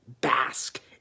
bask